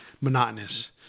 monotonous